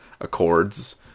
Accords